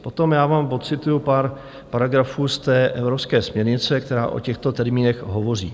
Potom vám odcituju pár paragrafů z té evropské směrnice, která o těchto termínech hovoří.